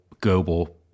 global